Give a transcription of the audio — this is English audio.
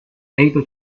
able